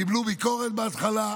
קיבלו ביקורת בהתחלה,